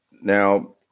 Now